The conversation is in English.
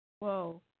Whoa